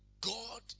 God